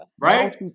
Right